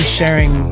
sharing